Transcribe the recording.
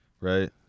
right